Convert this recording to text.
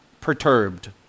perturbed